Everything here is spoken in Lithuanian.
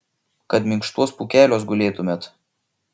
kad minkštuos pūkeliuos gulėtumėt